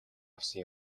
авсан